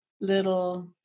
little